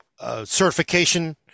certification